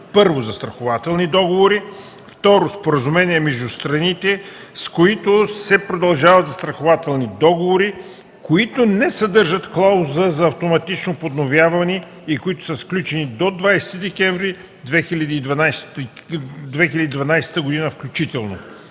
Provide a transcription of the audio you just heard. г.: 1. застрахователни договори; 2. споразумения между страните, с които се продължават застрахователни договори, които не съдържат клауза за автоматично подновяване и които са сключени до 20 декември 2012 г. включително.